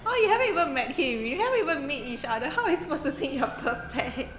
!huh! you haven't even met him you haven't even meet each other how is he suppose to think you're perfect